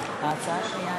שמעתי.